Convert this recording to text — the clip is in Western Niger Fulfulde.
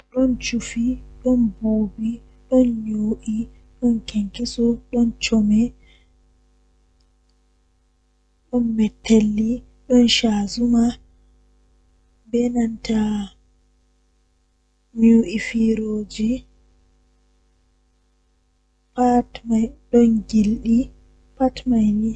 Taalel taalel jannata booyel, Woodi debbo feere ni odon nanga liddi o wala ceede konde o yahan o nanga liddi o yaara luumo o sora ndende feere odon nanga liddi sei o hefti fandu feere be patakewol haa nder man nde o hoosi o fisti o laara patakewol man don windi woodi hawrire feere oyaha o irta woodi ceede haa nder man o hoosa.